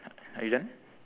are you done